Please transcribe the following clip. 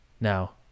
Now